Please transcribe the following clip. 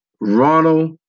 Ronald